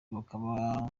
bakaba